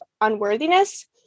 unworthiness